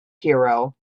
hero